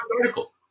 article